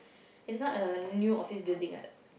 it's not a new office building [what]